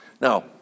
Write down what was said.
Now